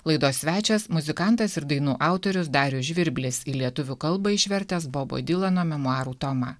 laidos svečias muzikantas ir dainų autorius darius žvirblis į lietuvių kalbą išvertęs bobo dylano memuarų tomą